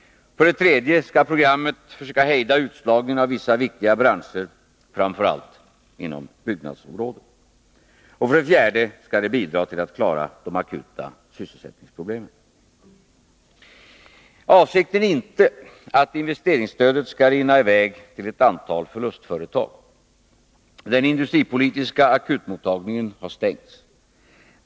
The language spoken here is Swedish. För det tredje skall programmet försöka hejda utslagningen av vissa viktiga branscher, framför allt på byggnadsområdet. För det fjärde skall det bidra till att klara de akuta sysselsättningsproblemen. Avsikten är inte att investeringsstödet skall rinna i väg till ett antal förlustföretag. Den industripolitiska akutmottagningen har stängts.